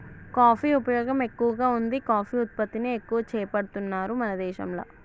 coffee ఉపయోగం ఎక్కువగా వుంది కాఫీ ఉత్పత్తిని ఎక్కువ చేపడుతున్నారు మన దేశంల